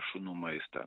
šunų maistą